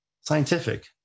scientific